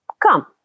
Come